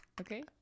Okay